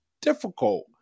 difficult